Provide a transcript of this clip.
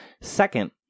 Second